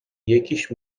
یکیش